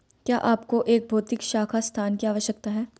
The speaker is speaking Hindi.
क्या आपको एक भौतिक शाखा स्थान की आवश्यकता है?